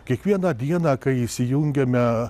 kiekvieną dieną kai įsijungiame